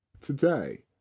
today